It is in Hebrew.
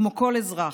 כמו כל אזרח,